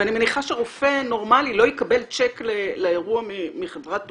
ואני מניחה שרופא נורמלי לא יקבל צ'ק לאירוע מחברת תרופות,